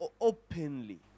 openly